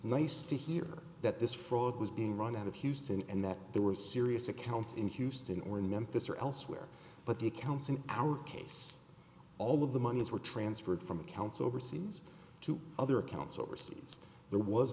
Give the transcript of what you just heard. nice to hear that this fraud was being run out of houston and that there were serious accounts in houston or in memphis or elsewhere but the accounts in our case all of the monies were transferred from accounts overseas to other accounts overseas there was